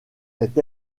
est